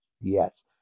Yes